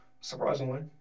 surprisingly